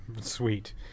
sweet